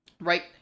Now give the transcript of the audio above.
right